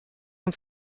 vom